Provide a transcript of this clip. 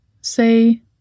say